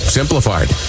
simplified